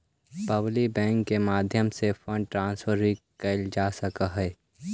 public banking के माध्यम से फंड ट्रांसफर भी कैल जा सकऽ हइ